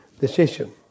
decision